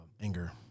anger